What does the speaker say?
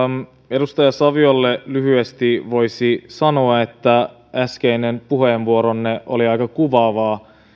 edustaja saviolle lyhyesti voisi sanoa että äskeinen puheenvuoronne oli aika kuvaava